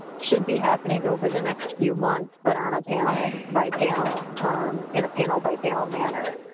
should be happening over the next few months, but on a panel by panel in a panel by panel manner.